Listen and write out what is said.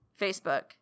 Facebook